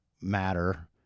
matter